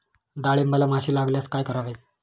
डाळींबाला माशी लागल्यास काय करावे?